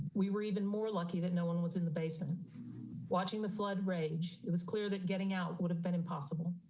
we were even more lucky that no one was in the basement watching the flood rage, it was clear that getting out would have been impossible.